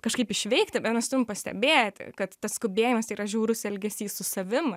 kažkaip išveikti bet mes turim pastebėti kad tas skubėjimas tai yra žiaurus elgesys su savim